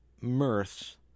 Mirth